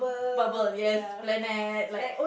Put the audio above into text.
bubble yes planet like